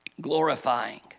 glorifying